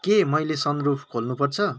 के मैले सनरुफ खोल्नुपर्छ